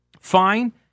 Fine